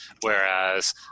whereas